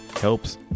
helps